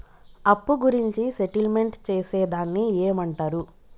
అప్పు గురించి సెటిల్మెంట్ చేసేదాన్ని ఏమంటరు?